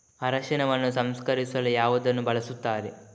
ಅರಿಶಿನವನ್ನು ಸಂಸ್ಕರಿಸಲು ಯಾವುದನ್ನು ಬಳಸುತ್ತಾರೆ?